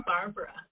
Barbara